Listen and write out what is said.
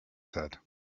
said